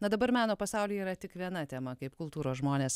na dabar meno pasaulyje yra tik viena tema kaip kultūros žmonės